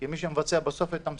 לקבוע הכרזה